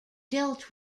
dealt